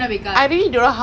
ya